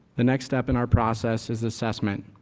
the next step in our process is assessment.